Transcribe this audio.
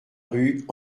rue